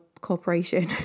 corporation